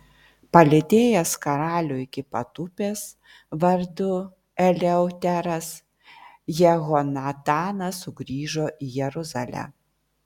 palydėjęs karalių iki pat upės vardu eleuteras jehonatanas sugrįžo į jeruzalę